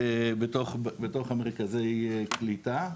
בתוך מרכזי הקליטה.